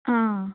हा